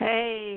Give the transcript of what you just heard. Hey